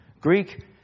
Greek